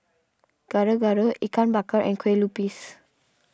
Gado Gado Ikan Bakar and Kueh Lupis